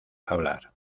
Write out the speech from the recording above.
hablar